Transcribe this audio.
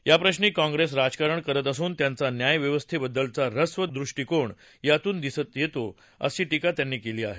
याप्रश्री काँप्रेस राजकारण करत असून त्यांचा न्यायव्यवस्थेबद्दलचा हस्व दृष्टीकोन यातून दिसून येतो अशी टीका त्यांनी केली आहे